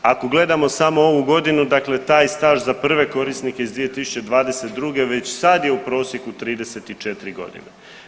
Ako gledamo samo ovu godinu, dakle taj staž za prve korisnike iz 2022. već sad je u prosjeku 34 godine.